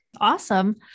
Awesome